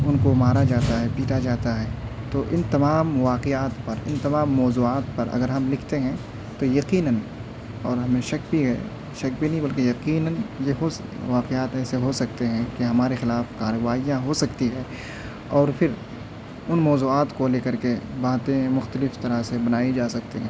ان کو مارا جاتا ہے پیٹا جاتا ہے تو ان تمام واقعات پر ان تمام موضوعات پر اگر ہم لکھتے ہیں تو یقیناً اور ہمیں شک بھی ہے شک بھی نہیں بلکہ یقیناً یہ ہو واقعات ایسے ہو سکتے ہیں کہ ہمارے خلاف کاروائیاں ہو سکتی ہے اور پھر ان موضوعات کو لے کر کے باتیں مختلف طرح سے بنائی جا سکتی ہیں